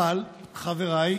אבל חבריי,